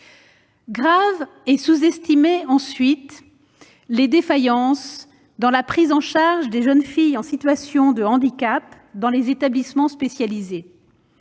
Graves et sous-estimées, aussi, sont les défaillances dans la prise en charge de jeunes filles en situation de handicap dans les établissements spécialisés.